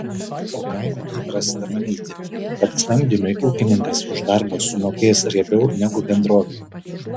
o kaime įprasta manyti kad samdiniui ūkininkas už darbą sumokės riebiau negu bendrovė